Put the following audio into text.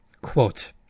Quote